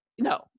no